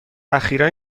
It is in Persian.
اخیرا